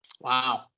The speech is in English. Wow